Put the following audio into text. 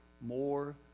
more